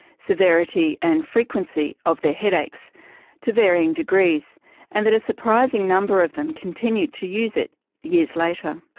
severity and frequency of their headaches to varying degrees and that a surprising number of them continued to use it years later.